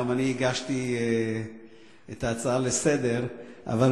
גם אני הגשתי את ההצעה לסדר-היום,